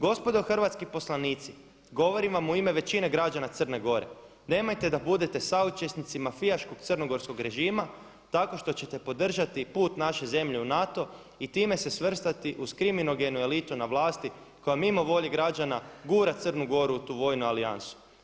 Gospodo hrvatski poslanici govorim vam u ime većine građana Crne Gore nemojte da budete saučesnici mafijaškog crnogorskog režima tako što ćete podržati put naše zemlje u NATO i time se svrstati uz kriminogenu elitu na vlasti koja mimo volje građana gura Crnu Goru u tu vojnu alijansu.